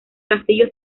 castillo